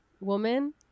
woman